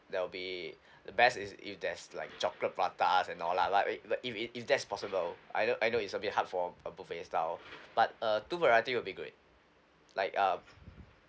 there'll be the best is if there's like chocolate pratas and all lah like uh if if if that's possible I know I know it's a bit hard for a buffet style but uh two variety will be great like um